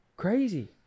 Crazy